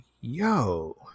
yo